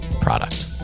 product